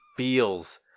Feels